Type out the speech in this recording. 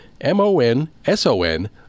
M-O-N-S-O-N